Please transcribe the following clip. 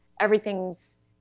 everything's